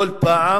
כל פעם